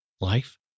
Life